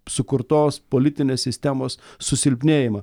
sukurtos politinės sistemos susilpnėjimą